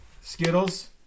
Skittles